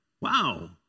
Wow